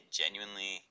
genuinely